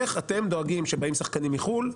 איך אתם דואגים שבאים שחקנים מחו"ל,